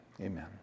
amen